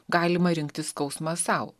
galima rinktis skausmą sau